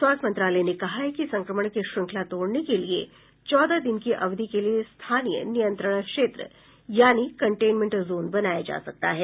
स्वास्थ्य मंत्रालय ने कहा है कि संक्रमण की श्रृंखला तोडने के लिए चौदह दिन की अवधि के लिए स्थानीय नियंत्रण क्षेत्र यानी कंटेनमेंट जोन बनाया जा सकता है